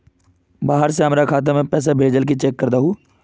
बाहर से हमरा खाता में पैसा भेजलके चेक कर दहु?